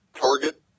Target